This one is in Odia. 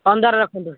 ପନ୍ଦର ରଖନ୍ତୁ